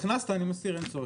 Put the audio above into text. הכנסת, אני מסיר, אין צורך.